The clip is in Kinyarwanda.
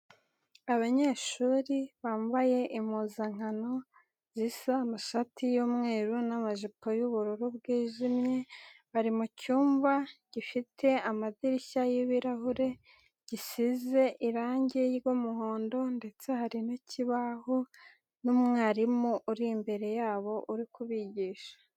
Abanyeshuri bambaye impuzankano, zisa amashati y'umweru n'amajipo y'ubururu bwijimye. bari mu cyumba gifite amadirishya y'ibirahure, gisize irangi ry'umuhondo ndetse hari n'ikibaho, n'umwarimu uri imbere yabo uri kubigisha.